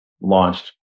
launched